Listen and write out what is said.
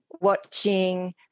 watching